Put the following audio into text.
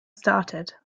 started